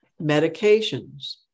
medications